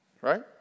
Right